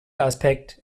aspekt